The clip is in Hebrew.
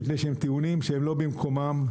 מפני שהם טיעונים לא במקומם.